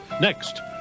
next